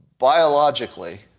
biologically